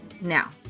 Now